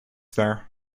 there